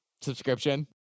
subscription